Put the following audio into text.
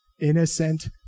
innocent